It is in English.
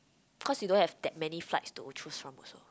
cause you don't have that many flights to choose from also